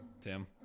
Tim